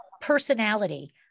personality